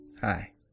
Hi